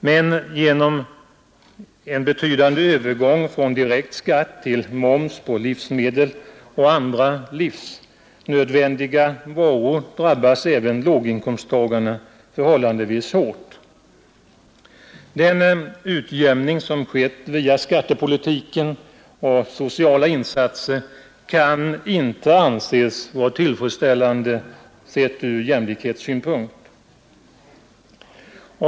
Men genom en betydande övergång från direkt skatt till moms på livsmedel och andra livsnödvändiga varor drabbas även låginkomsttagarna förhållandevis hårt. Den utjämning som skett via skattepolitiken och sociala insatser kan inte anses vara tillfredsställande sett ur jämlikhetssynpunkt.